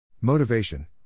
Motivation